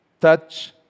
touch